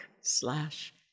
slash